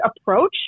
approach